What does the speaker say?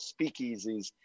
speakeasies